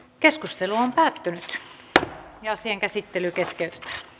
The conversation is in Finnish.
keskustelu päättyi ja asian käsittely kestää